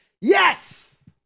Yes